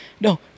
no